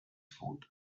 foot